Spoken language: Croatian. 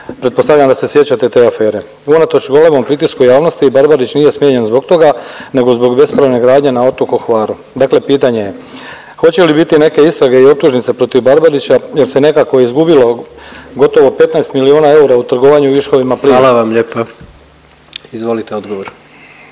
Pretpostavljam da se sjećate te afere. Unatoč golemom pritisku javnosti Barbarić nije smijenjen zbog toga nego zbog bespravne gradnje na otoku Hvaru. Dakle, pitanje je hoće li biti neke istrage i optužnice protiv Barbarića jer se nekako izgubilo gotovo 15 miliona eura u trgovanju viškovima plina? **Jandroković, Gordan